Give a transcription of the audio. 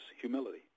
humility